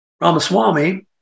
Ramaswamy